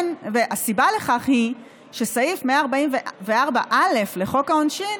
הסיבה לכך היא שסעיף 144א לחוק העונשין